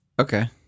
Okay